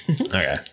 okay